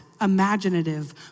imaginative